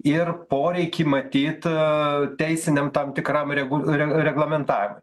ir poreikį matyt teisiniam tam tikram regul re reglamentavimui